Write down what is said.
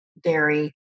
dairy